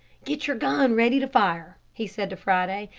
get your gun ready to fire, he said to friday,